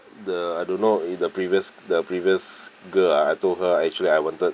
the I don't know eh the previous the previous girl ah I told her ah actually I wanted